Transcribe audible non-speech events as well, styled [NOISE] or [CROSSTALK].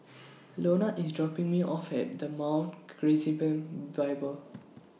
Lonna IS dropping Me off At The Mount Gerizim Bible [NOISE]